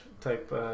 type